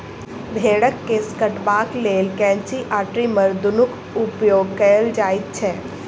भेंड़क केश कटबाक लेल कैंची आ ट्रीमर दुनूक उपयोग कयल जाइत छै